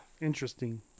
Interesting